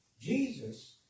Jesus